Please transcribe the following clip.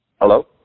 Hello